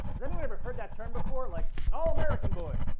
has anyone ever heard that term before? like an all american boy?